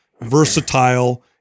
versatile